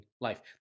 life